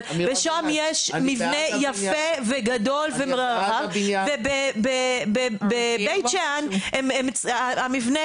אבל בשוהם יש מבנה יפה וגדול ומרווח ובנוף הגליל את המבנה